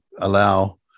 allow